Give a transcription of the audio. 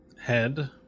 Head